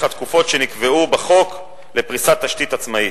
התקופות שנקבעו בחוק לפריסת תשתית עצמאית.